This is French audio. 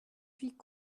huit